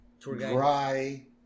dry